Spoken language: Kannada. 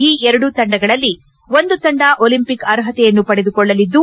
ಈ ಎರಡೂ ತಂಡಗಳಲ್ಲಿ ಒಂದು ತಂಡ ಒಲಿಂಪಿಕ್ ಅರ್ಪತೆಯನ್ನು ಪಡೆದುಕೊಳ್ಳಲಿದ್ದು